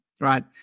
right